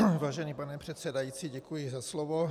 Vážený pane předsedající, děkuji za slovo.